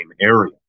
area